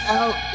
out